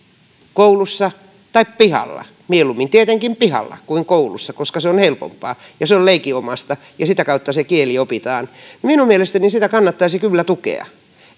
koulussa tai pihalla mieluummin tietenkin pihalla kuin koulussa koska se on helpompaa ja se on leikinomaista ja sitä kautta se kieli opitaan minun mielestäni kannattaisi kyllä tukea